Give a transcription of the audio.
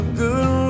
good